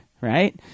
right